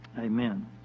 Amen